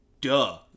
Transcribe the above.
duh